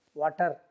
water